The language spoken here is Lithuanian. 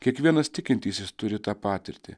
kiekvienas tikintysis turi tą patirtį